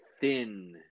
thin